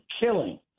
killing